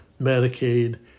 Medicaid